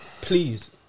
please